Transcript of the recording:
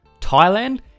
Thailand